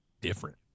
different